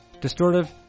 Distortive